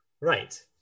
Right